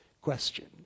question